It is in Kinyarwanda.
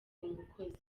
umukozi